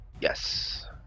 Yes